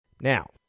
Now